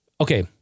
Okay